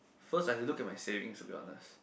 first I have to look at my savings to be honest